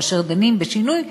כאשר דנים בשינוי,